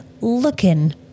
looking